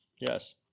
yes